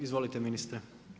Izvolite ministre.